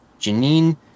Janine